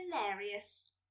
hilarious